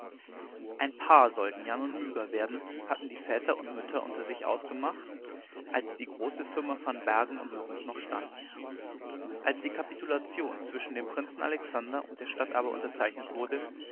ein paar sollten jan und myga werden hatten die väter und mütter unter sich ausgemacht als die große firma van bergen und norris noch stand als die kapitulation zwischen dem prinzen alexander und der stadt aber unterzeichnet wurde